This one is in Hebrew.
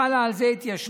חלה על זה התיישנות.